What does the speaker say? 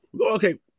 Okay